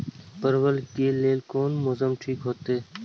परवल के लेल कोन मौसम ठीक होते?